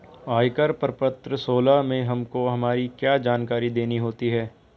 आयकर प्रपत्र सोलह में हमको हमारी क्या क्या जानकारी देनी होती है?